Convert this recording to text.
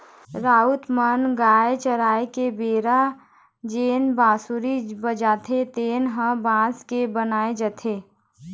राउत मन गाय चराय के बेरा जेन बांसुरी बजाथे तेन ह बांस के बनाए जाथे